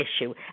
issue